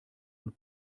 und